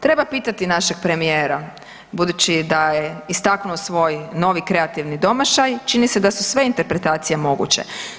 Treba pitati našeg premijera budući da je istaknuo svoj novi kreativni domašaj, čini se da su sve interpretacije moguće.